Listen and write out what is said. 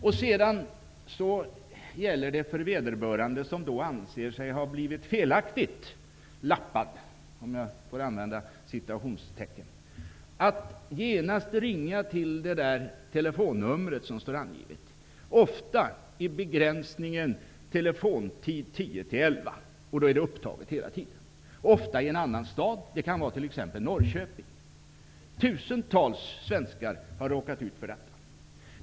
Det gäller för den som anser sig ha blivit felaktigt ''lappad'' att genast ringa det telefonnummer som står angivet. Ofta är telefontiden begränsad till mellan kl. 10 och kl. 11, och då är det upptaget hela tiden. Det är också vanligt att telefonnumret går till en annan stad, t.ex Norrköping. Tusentals svenskar har råkat ut för detta.